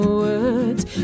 words